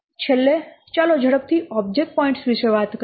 છેલ્લે ચાલો ઝડપથી ઓબ્જેક્ટ પોઇન્ટ્સ વિશે વાત કરીએ